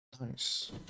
Nice